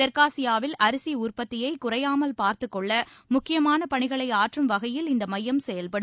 தெற்காசியாவில் அரிசி உற்பத்தியை குறையாமல் பார்த்துக்கொள்ள முக்கியமான பணிகளை ஆற்றும் வகையில் இந்த மையம் செயல்படும்